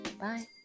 Bye